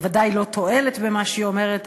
בוודאי לא תועלת במה שהיא אומרת.